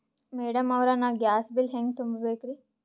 Madam ಅವ್ರ, ನಾ gas bill ಹೆಂಗ ತುಂಬಾ ಬೇಕ್ರಿ?